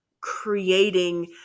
creating